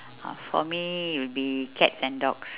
uh for me will be cats and dogs